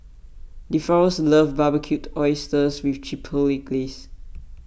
Deforest loves Barbecued Oysters with Chipotle Glaze